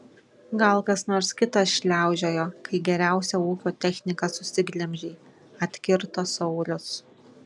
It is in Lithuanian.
gal kas nors kitas šliaužiojo kai geriausią ūkio techniką susiglemžei atkirto saulius